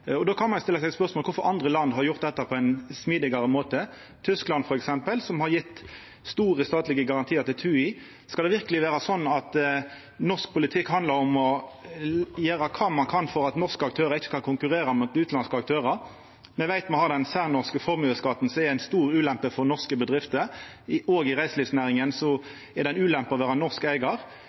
Då kan ein stilla seg spørsmål om kvifor andre land har gjort dette på ein smidigare måte. Tyskland har f.eks. gjeve store statlege garantiar til TUI. Skal det verkeleg vera sånn at norsk politikk handlar om å gjera kva ein kan for at norske aktørar ikkje kan konkurrera mot utanlandske aktørar? Me veit me har den særnorske formuesskatten, som er ei stor ulempe for norske bedrifter. Òg i reiselivsnæringa er det ei ulempe å vera norsk eigar.